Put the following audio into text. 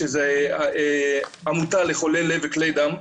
שזה עמותה לחולי לב וכלי דם.